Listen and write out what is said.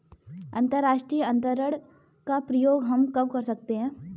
अंतर्राष्ट्रीय अंतरण का प्रयोग हम कब कर सकते हैं?